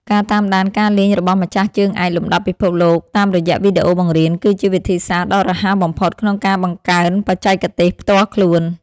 ការតាមដានការលេងរបស់ម្ចាស់ជើងឯកលំដាប់ពិភពតាមរយៈវីដេអូបង្រៀនគឺជាវិធីសាស្ត្រដ៏រហ័សបំផុតក្នុងការបង្កើនបច្ចេកទេសផ្ទាល់ខ្លួន។